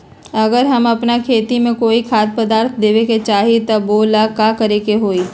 अगर हम अपना खेती में कोइ खाद्य पदार्थ देबे के चाही त वो ला का करे के होई?